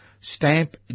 stamp